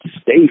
stay